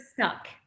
stuck